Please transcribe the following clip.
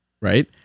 right